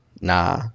Nah